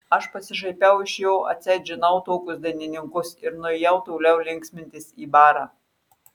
aš pasišaipiau iš jo atseit žinau tokius dainininkus ir nuėjau toliau linksmintis į barą